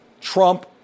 Trump